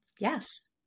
Yes